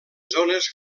zones